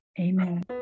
Amen